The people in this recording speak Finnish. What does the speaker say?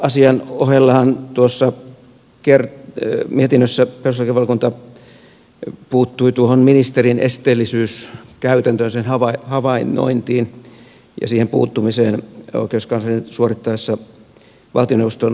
tuon suvivirsiasian ohellahan tuossa mietinnössä perustuslakivaliokunta puuttui tuohon ministerin esteellisyyskäytäntöön sen havainnointiin ja siihen puuttumiseen oikeuskanslerin suorittaessa valtioneuvoston laillisuusvalvontaa